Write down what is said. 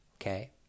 okay